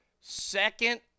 second